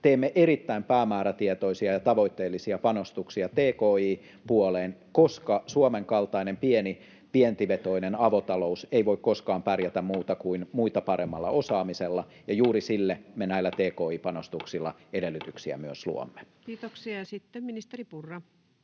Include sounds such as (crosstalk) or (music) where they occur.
teemme erittäin päämäärätietoisia ja tavoitteellisia panostuksia tki-puoleen, koska Suomen kaltainen pieni, vientivetoinen avotalous ei voi koskaan pärjätä (noise) muuten kuin muita paremmalla osaamisella. (noise) Juuri sille me näillä tki-panostuksilla edellytyksiä myös luomme. Kiitoksia. — Ja sitten ministeri Purra,